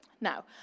Now